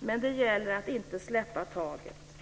men det gäller att inte släppa taget.